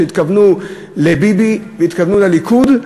שהתכוונו לביבי והתכוונו לליכוד.